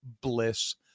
bliss